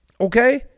Okay